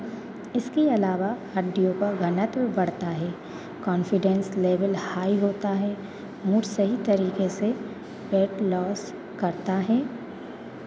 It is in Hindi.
इसकी अलावा हड्डियों का घनत्व बढ़ता है कॉन्फिडेंस लेवल हाई होता है मूड सही तरीके से वैट लॉस करता है